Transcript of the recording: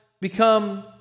become